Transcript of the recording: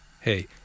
Hey